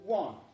one